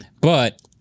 but-